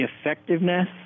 effectiveness